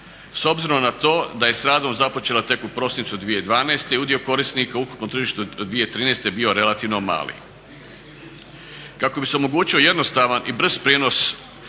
S obzirom na to da je s radom započela tek u prosincu 2012. i udio korisnika u ukupnom tržištu 2013. je bio relativno mali. Kako bi se omogućio jednostavan i brz prijenos